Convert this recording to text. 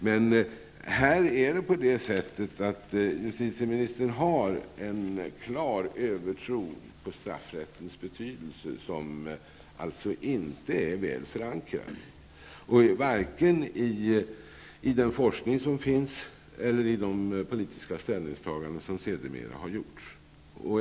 Men här har justitieministern en klar övertro på straffrättens betydelse som alltså inte är väl förankrad, varken i den forskning som finns eller i de politiska ställningstaganden som sedermera har gjorts.